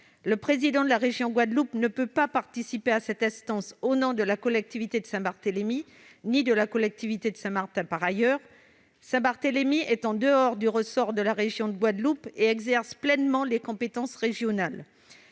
Le président de la région Guadeloupe ne peut pas participer à cette instance au nom de la collectivité de Saint-Barthélemy, ni de la collectivité de Saint-Martin. Par ailleurs, Saint-Barthélemy est en dehors du ressort de la région de Guadeloupe et exerce pleinement les compétences régionales.